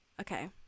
Okay